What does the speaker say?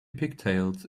pigtails